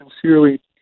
sincerely